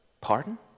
pardon